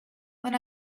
when